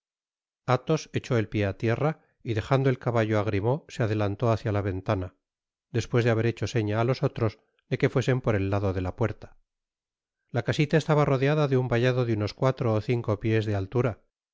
athos echó pié á tierra y dejando el caballo á crimaud se adelantó hácia la ventana despues'de haber hecho seña á los otros de que fuesen por el tado de la puerta i i la casita estaba rodeada de un vallado de unos cuatro ó cinco piés de altura